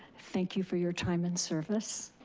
thank you for your time and service.